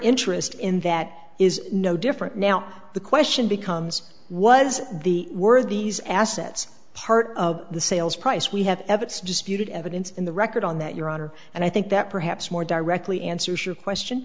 interest in that is no different now the question becomes what is the word these assets part of the sales price we have evidence disputed evidence in the record on that your honor and i think that perhaps more directly answers your question